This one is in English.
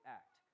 act